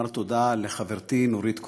תודה לחברתי נורית קורן.